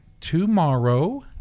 tomorrow